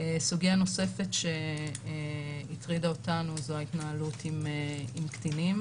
סוגיה נוספת שהטרידה אותנו היא ההתנהלות עם קטינים,